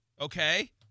Okay